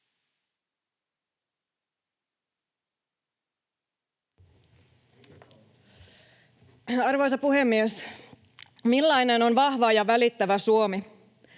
Arvoisa puhemies! Millainen on vahva ja välittävä Suomi?